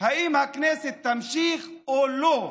אם הכנסת תמשיך או לא.